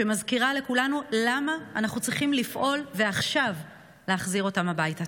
שמזכירה לכולנו למה אנחנו צריכים לפעול ועכשיו להחזיר אותם הביתה.